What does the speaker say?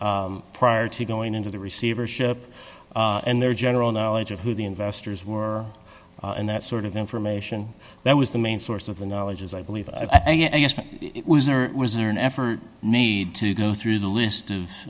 prior to going into the receivership and their general knowledge of who the investors were and that sort of information that was the main source of the knowledge as i believe i guess was in an effort need to go through the list of